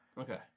Okay